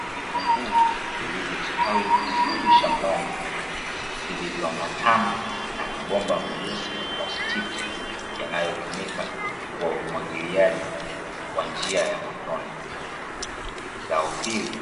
Vitunguu vilivyostawi vizuri shambani vilivyoambatana na mabomba meusi ya plastiki yanayotumika kwa umwagiliaji kwa njia ya matone. Zao hili